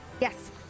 Yes